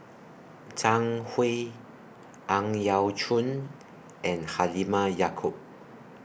Zhang Hui Ang Yau Choon and Halimah Yacob